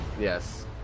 Yes